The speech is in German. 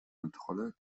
kontrolle